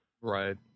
Right